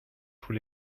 tous